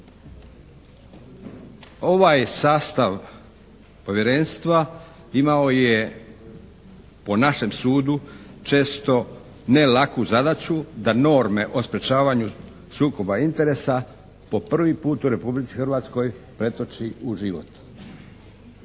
Ovaj sastav povjerenstva imao je po našem sudu često ne laku zadaću da norme o sprječavanju sukoba interesa po prvi put u Republici Hrvatskoj pretoči u život.